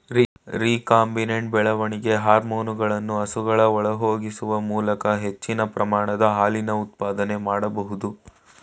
recombinant ಬೆಳವಣಿಗೆ ಹಾರ್ಮೋನುಗಳನ್ನು ಹಸುಗಳ ಒಳಹೊಗಿಸುವ ಮೂಲಕ ಹೆಚ್ಚಿನ ಪ್ರಮಾಣದ ಹಾಲಿನ ಉತ್ಪಾದನೆ ಮಾಡ್ಬೋದು